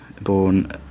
born